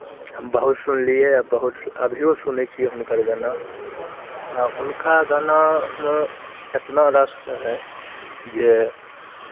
हम बहुत सुनलियै आ बहुत अभिओ सुनै छियै हुनकर गाना आ हुनका गानामे इतना रस रहय जे